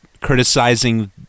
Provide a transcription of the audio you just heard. criticizing